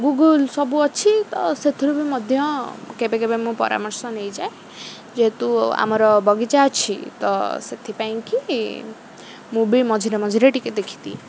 Google ସବୁ ଅଛି ତ ସେଥିରୁ ବି ମଧ୍ୟ କେବେ କେବେ ମୁଁ ପରାମର୍ଶ ନେଇଯାଏ ଯେହେତୁ ଆମର ବଗିଚା ଅଛି ତ ସେଥିପାଇଁକି ମୁଁ ବି ମଝିରେ ମଝିରେ ଟିକେ ଦେଖିଦିଏ